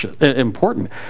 important